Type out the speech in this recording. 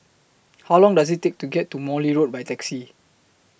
How Long Does IT Take to get to Morley Road By Taxi